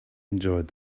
enjoyed